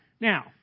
Now